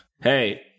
hey